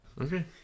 Okay